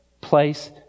place